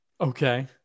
Okay